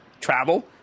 travel